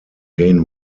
gain